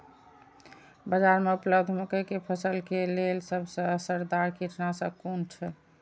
बाज़ार में उपलब्ध मके के फसल के लेल सबसे असरदार कीटनाशक कुन छै?